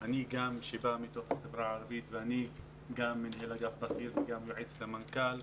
אני בא מהחברה הערבית ואני מנהל אגף בכיר וגם יועץ למנכ"ל.